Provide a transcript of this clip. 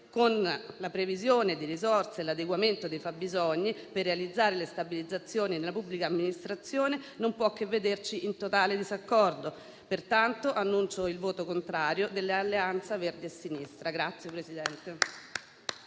con la previsione di risorse e l'adeguamento dei fabbisogni per realizzare le stabilizzazioni nella pubblica amministrazione, non può che vederci in totale disaccordo. Pertanto annuncio il voto contrario del mio Gruppo sul provvedimento